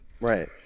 Right